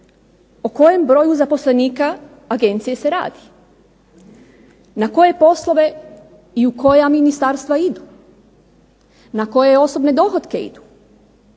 o kojem broju zaposlenika agencije se radi? Na koje poslove i u koja ministarstva idu? Na koje osobne dohotke idu?